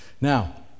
Now